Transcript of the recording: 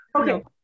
okay